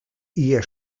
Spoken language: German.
eher